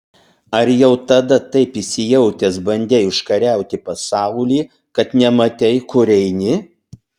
ar jau tada taip įsijautęs bandei užkariauti pasaulį kad nematei kur eini